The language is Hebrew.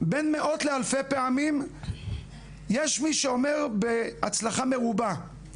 בין מאות לאלפי פעמים, יש מיש אומר בהצלחה מרובה.